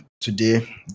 today